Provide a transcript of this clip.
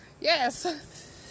Yes